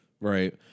Right